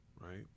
right